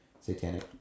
satanic